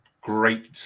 great